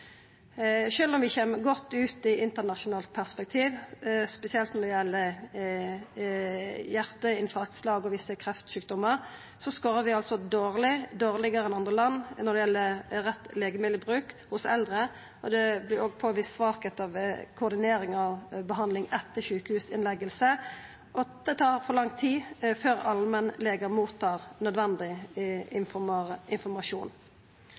om vi kjem godt ut i internasjonalt perspektiv, spesielt når det gjeld hjarteinfarkt, slag og visse kreftsjukdomar, skårar vi dårlegare enn andre land når det gjeld rett legemiddelbruk hos eldre. Det er òg påvist svakheiter ved koordinering av behandling etter sjukehusinnlegging, og at det tar for lang tid før allmennlegen får nødvendig informasjon. Årsmeldinga frå pasient- og brukaromboda gir òg viktig informasjon.